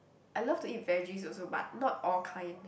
I love to eat veggies also but not all kind